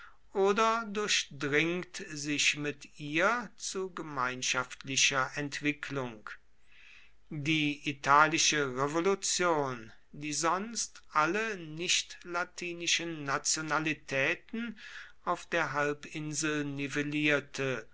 oder durchdringt sich mit ihr zu gemeinschaftlicher entwicklung die italische revolution die sonst alle nichtlatinischen nationalitäten auf der halbinsel nivellierte